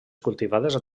cultivades